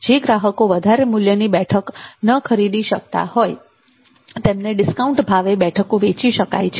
જે ગ્રાહકો વધારે મૂલ્યની બેઠકો ન ખરીદી શકતા હોય તેમને ડિસ્કાઉન્ટ ભાવે બેઠકો વેચી શકાય છે